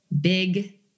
big